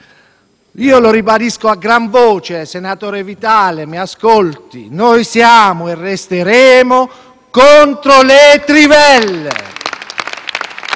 Lo ribadisco a gran voce, senatore Vitali, mi ascolti: noi siamo e resteremo contro le trivelle.